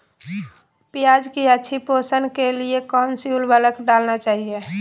प्याज की अच्छी पोषण के लिए कौन सी उर्वरक डालना चाइए?